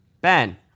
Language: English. ben